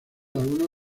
algunos